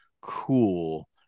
cool